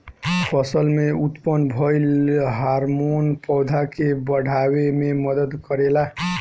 फसल में उत्पन्न भइल हार्मोन पौधा के बाढ़ावे में मदद करेला